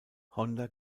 honda